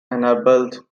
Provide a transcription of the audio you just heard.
enabled